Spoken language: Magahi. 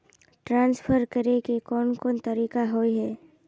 ट्रांसफर करे के कोन कोन तरीका होय है?